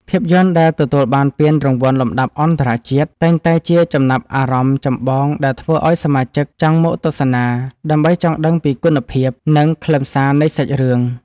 ភាពយន្តដែលទទួលបានពានរង្វាន់លំដាប់អន្តរជាតិ តែងតែជាចំណាប់អារម្មណ៍ចម្បងដែលធ្វើឱ្យសមាជិកចង់មកទស្សនា ដើម្បីចង់ដឹងពីគុណភាព និងខ្លឹមសារនៃសាច់រឿង។